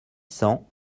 cents